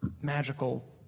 magical